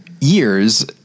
years